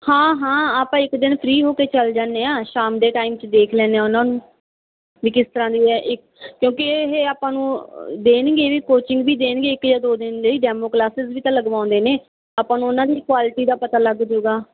ਹਾਂ ਹਾਂ ਆਪਾਂ ਇੱਕ ਦਿਨ ਫਰੀ ਹੋ ਕੇ ਚਲ ਜਾਂਦੇ ਹਾਂ ਸ਼ਾਮ ਦੇ ਟਾਈਮ 'ਚ ਦੇਖ ਲੈਂਦੇ ਹਾਂ ਉਹਨਾਂ ਨੂੰ ਵੀ ਕਿਸ ਤਰ੍ਹਾਂ ਦੀਆਂ ਕਿਉਂਕਿ ਇਹ ਆਪਾਂ ਨੂੰ ਦੇਣਗੇ ਵੀ ਕੋਚਿੰਗ ਵੀ ਦੇਣਗੇ ਇੱਕ ਜਾਂ ਦੋ ਦਿਨ ਜਿਹੜੀ ਡੈਮੋ ਕਲਾਸਿਸ ਵੀ ਤਾਂ ਲਗਵਾਉਂਦੇ ਨੇ ਆਪਾਂ ਨੂੰ ਉਹਨਾਂ ਦੀ ਕੁਆਲਿਟੀ ਦਾ ਪਤਾ ਲੱਗ ਜਾਊਗਾ